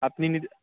আপনি নিতে